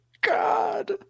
God